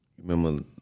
Remember